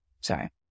Sorry